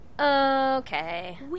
Okay